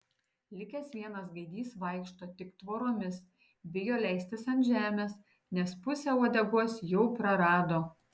likęs vienas gaidys vaikšto tik tvoromis bijo leistis ant žemės nes pusę uodegos jau prarado